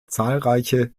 zahlreiche